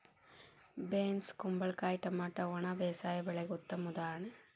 beans ಕುಂಬಳಕಾಯಿ tomato ಒಣ ಬೇಸಾಯ ಬೆಳೆಗೆ ಉತ್ತಮ ಉದಾಹರಣೆ